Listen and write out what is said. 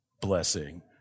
blessing